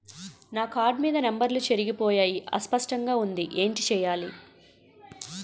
నా కార్డ్ మీద నంబర్లు చెరిగిపోయాయి అస్పష్టంగా వుంది ఏంటి చేయాలి?